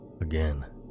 again